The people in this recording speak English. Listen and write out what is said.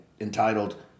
entitled